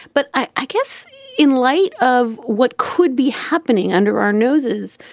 but i guess in light of what could be happening under our noses.